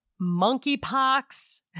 monkeypox